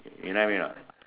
you know what I mean anot